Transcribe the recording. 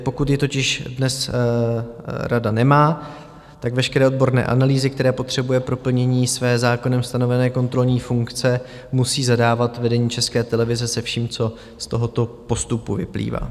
Pokud ji totiž dnes rada nemá, tak veškeré odborné analýzy, které potřebuje pro plnění své zákonem stanovené kontrolní funkce, musí zadávat vedení České televize se vším, co z tohoto postupu vyplývá;